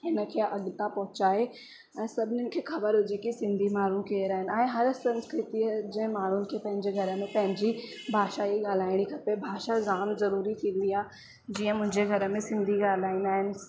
इनखे अॻता पहुंचाए ऐं सभनीनि खे ख़बर हुजे की सिंधी माण्हू केरु आहिनि ऐं हर संस्कृतीअ जे माण्हुनि खे पंहिंजे घर में पंहिंजी भाषा ई ॻाल्हाइणी खपे भाषा जाम जरूरी थींदी आहे जीअं मुंहिंजे घर में सिंधी ॻाल्हाईंदा आहिनि